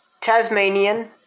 Tasmanian